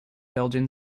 belgian